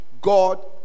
God